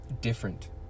different